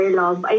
love